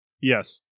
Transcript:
Yes